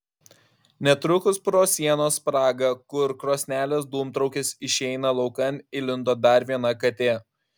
netrukus pro sienos spragą kur krosnelės dūmtraukis išeina laukan įlindo dar viena katė